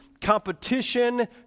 competition